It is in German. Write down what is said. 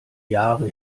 jahre